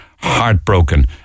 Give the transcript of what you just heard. heartbroken